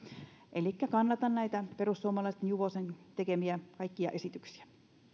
elikkä kannatan näitä kaikkia perussuomalaisten juvosen tekemiä esityksiä